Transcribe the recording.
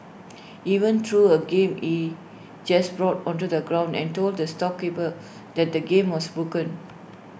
even threw A game he just bought onto the ground and told the storekeeper that the game was broken